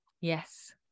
yes